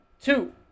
two